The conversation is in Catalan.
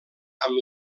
amb